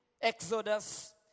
Exodus